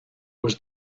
was